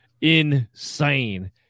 Insane